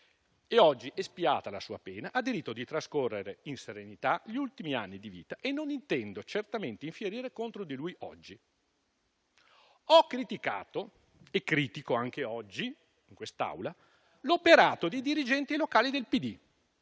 e oggi, espiata la sua pena, ha diritto di trascorrere in serenità gli ultimi anni di vita e non intendo certamente infierire contro di lui oggi. Ho criticato e critico anche oggi in quest'Aula l'operato dei dirigenti locali del PD,